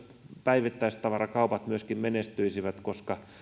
päivittäistavarakaupat menestyisivät koska